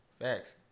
Facts